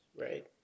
right